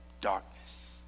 darkness